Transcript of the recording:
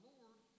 Lord